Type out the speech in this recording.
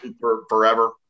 forever